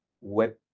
web